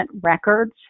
records